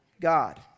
God